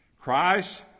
Christ